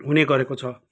हुनेगरेको छ